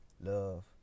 Love